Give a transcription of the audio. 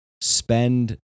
spend